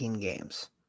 games